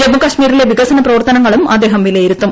ജമ്മുകശ്മീരിലെ വികസന പ്രവർത്തനങ്ങളും അദ്ദേഹം പ്രിലയിരുത്തും